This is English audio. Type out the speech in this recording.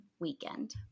weekend